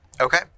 Okay